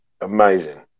amazing